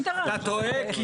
אתה טועה.